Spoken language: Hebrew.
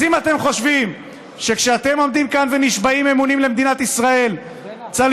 אז אם אתם חושבים שכשאתם עומדים כאן ונשבעים אמונים למדינת ישראל צריך